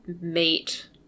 mate